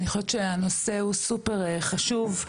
אני חושבת שהנושא הוא סופר חשוב,